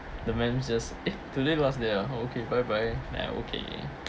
the men were just eh today last day ah okay bye bye then okay